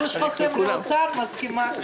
גוש חוסם לאוצר, אני כבר מסכימה.